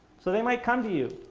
so they might come to you,